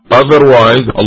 otherwise